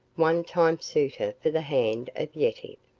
one time suitor for the hand of yetive.